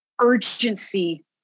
urgency